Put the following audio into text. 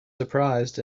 surprised